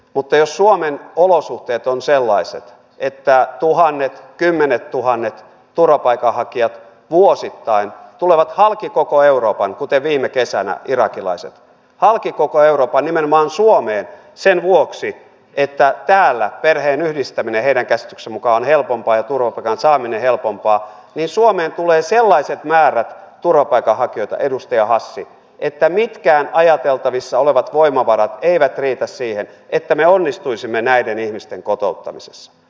mutta jos suomen olosuhteet ovat sellaiset että tuhannet kymmenettuhannet turvapaikanhakijat vuosittain tulevat halki koko euroopan kuten viime kesänä irakilaiset nimenomaan suomeen sen vuoksi että täällä perheenyhdistäminen heidän käsityksensä mukaan on helpompaa ja turvapaikan saaminen helpompaa niin suomeen tulee sellaiset määrät turvapaikanhakijoita edustaja hassi että mitkään ajateltavissa olevat voimavarat eivät riitä siihen että me onnistuisimme näiden ihmisten kotouttamisessa